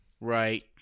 right